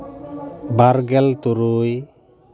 ᱵᱟᱨᱜᱮᱞ ᱛᱩᱨᱩᱭ